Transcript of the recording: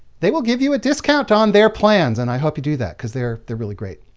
they will give you a discount on their plans and i hope you do that because they're they're really great.